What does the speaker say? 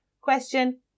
Question